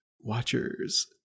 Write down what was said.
watchers